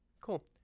Cool